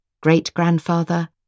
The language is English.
great-grandfather